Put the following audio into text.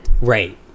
Right